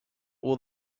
all